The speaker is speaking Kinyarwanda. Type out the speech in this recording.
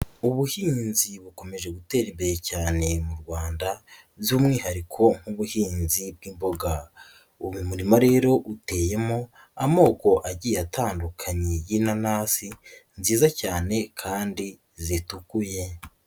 Ubuhinzi bukomeje gutera imbere cyane mu Rwanda by'umwihariko nk'ubuhinzi bw'imboga, uyu murima rero uteyemo amoko agiye atandukanye y'inanasi nziza cyane kandi zitukuye.